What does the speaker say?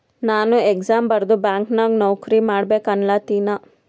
ನಾನು ಎಕ್ಸಾಮ್ ಬರ್ದು ಬ್ಯಾಂಕ್ ನಾಗ್ ನೌಕರಿ ಮಾಡ್ಬೇಕ ಅನ್ಲತಿನ